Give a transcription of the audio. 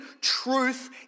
truth